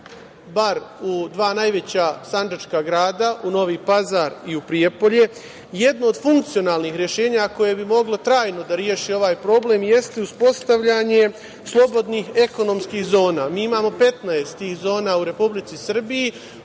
bar u dva najveća sandžačka grada, u Novi Pazar i u Prijepolje. Jednu od funkcionalnih rešenja koja bi moglo trajno da reši ovaj problem jeste uspostavljanje slobodnih ekonomskih zona. Mi imamo 15 tih zona u Republici Srbiji,